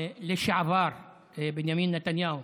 לשעבר בנימין נתניהו